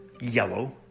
yellow